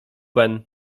ben